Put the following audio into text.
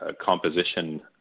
composition